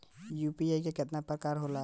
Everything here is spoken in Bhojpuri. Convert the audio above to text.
यू.पी.आई केतना प्रकार के होला?